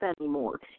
anymore